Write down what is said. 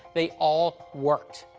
they all worked.